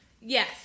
Yes